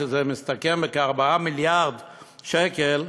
שזה מסתכם בכ-4 מיליארד שקל,